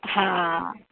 હા